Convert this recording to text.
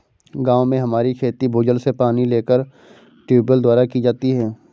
गांव में हमारी खेती भूजल से पानी लेकर ट्यूबवेल द्वारा की जाती है